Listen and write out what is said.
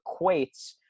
equates